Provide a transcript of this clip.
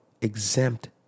exempt